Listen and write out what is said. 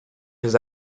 his